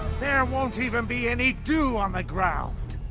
there won't even be any dew on the ground!